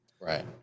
Right